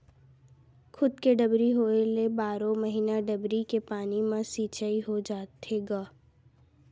खुद के डबरी होए ले बारो महिना डबरी के पानी म सिचई हो जाथे गा